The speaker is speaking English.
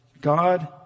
God